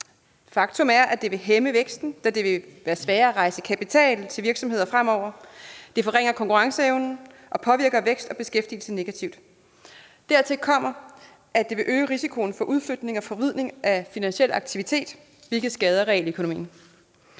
Faktum er, at det vil hæmme væksten, da det vil blive sværere at rejse kapital til virksomheder fremover. Det forringer konkurrenceevnen og påvirker vækst og beskæftigelse negativt. Dertil kommer, at det vil øge risikoen for udflytning og forvridning af finansiel aktivitet, hvilket skader realøkonomien.